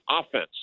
offense